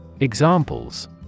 Examples